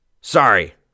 Sorry